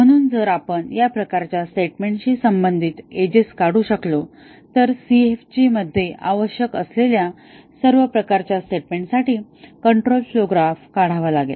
म्हणून जर आपण या प्रकारच्या स्टेटमेंट शी संबंधित एजेस काढू शकलो तर CFG मध्ये आवश्यक असलेल्या अशा प्रकारच्या स्टेटमेंट साठी कंट्रोल फ्लोव ग्राफ काढावा लागेल